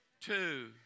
Two